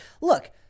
look